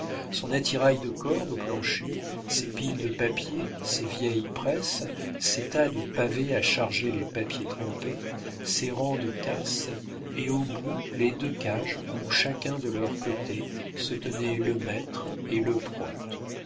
son attirail de cordes au plancher ses piles de papier ses vieilles presses ses tas de pavés à charger les papiers trempés ses rangs de casses et au bout les deux cages où chacun de leur côté se tenaient le maître et le